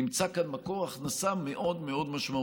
נמצא כאן מקור הכנסה משמעותי מאוד מאוד.